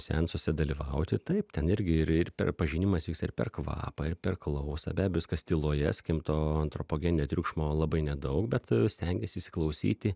seansuose dalyvauti taip ten irgi ir ir per pažinimas ir per kvapą ir per klausą be abejo viskas tyloje skim to antropogeninio triukšmo labai nedaug bet stengiesi įsiklausyti